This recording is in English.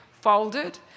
folded